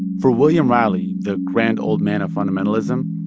for william riley, the grand old man of fundamentalism,